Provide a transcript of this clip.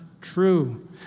true